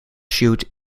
shoot